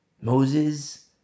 Moses